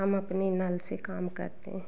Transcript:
हम अपने नल से काम करते हैं